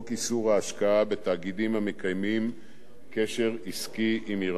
השקעה בתאגידים המקיימים קשר עסקי עם אירן.